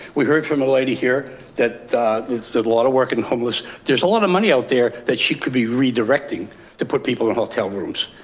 we heard from a lady here that is a lot of work in homeless. there's a lot of money out there that she could be redirecting to put people in hotel rooms,